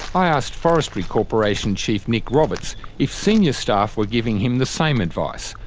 i asked forestry corporation chief nick roberts if senior staff were giving him the same advice,